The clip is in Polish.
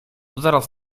zaraz